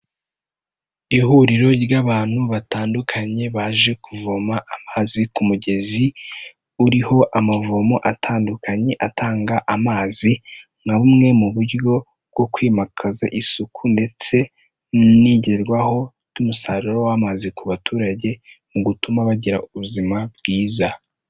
Ihuriro ry'abantu batandukanye baje kuvoma amazi ku mugezi uriho amavomo atandukanye atanga amazi, nka bumwe mu buryo bwo kwimakaza isuku ndetse n'igerwaho ry'umusaruro w'amazi ku baturage mu gutuma bagira ubuzima bwiza.